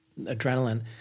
adrenaline